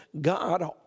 God